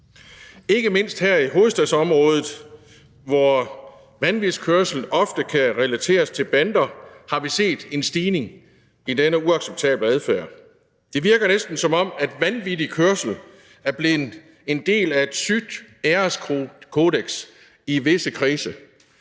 Ikke mindst her i hovedstadsområdet, hvor vanvidskørsel ofte kan relateres til bander, har vi set en stigning i denne uacceptable adfærd. Det virker næsten, som om vanvittig kørsel er blevet en del af et sygt æreskodeks i visse kredse,